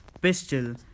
pistol